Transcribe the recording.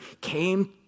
came